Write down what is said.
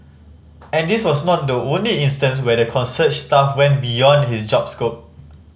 and this was not the only instance where the concierge staff went beyond his job scope